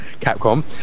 Capcom